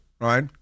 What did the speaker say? right